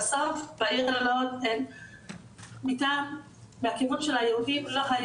בסוף בעיר לוד מהכיוון של היהודים לא היה